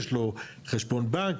יש לו חשבון בנק,